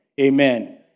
Amen